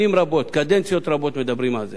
שנים רבות, קדנציות רבות, מדברים על זה,